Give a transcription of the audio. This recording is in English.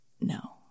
no